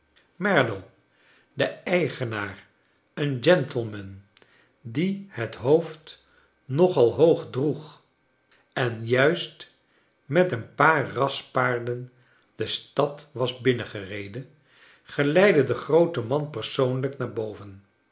merdle de eigenaar een gentleman die het hoofd nog al hoog droeg en juist met een paar raspaarden de stad was binnengereden geleidde den grooten man persoonlijk naar boven